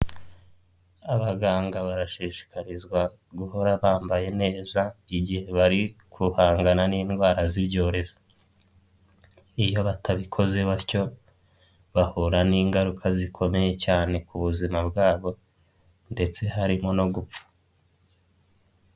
Abaganga barashishikarizwa guhora bambaye neza igihe bari guhangana n'indwara z'ibyorezo, iyo batabikoze batyo, bahura n'ingaruka zikomeye cyane ku buzima bwabo ndetse harimo no gupfa.